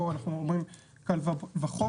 פה אנחנו אומרים קל וחומר,